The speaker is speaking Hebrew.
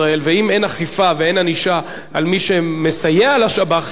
ואם אין אכיפה ואין ענישה על מי שמסייע לשב"חים,